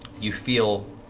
you feel